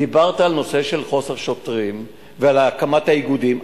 דיברת על הנושא של חוסר שוטרים ועל הקמת האיגודים.